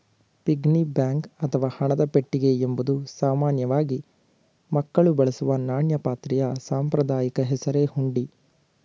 piggy bank ಅಥವಾ ಹಣದ ಪೆಟ್ಟಿಗೆ ಎಂಬುದು ಸಾಮಾನ್ಯವಾಗಿ ಮಕ್ಕಳು ಬಳಸುವ ನಾಣ್ಯ ಪಾತ್ರೆಯ ಸಾಂಪ್ರದಾಯಿಕ ಹೆಸರೇ ಹುಂಡಿ